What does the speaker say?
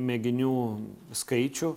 mėginių skaičių